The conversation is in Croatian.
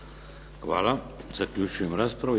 Hvala. Zaključujem raspravu.